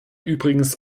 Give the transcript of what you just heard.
übrigens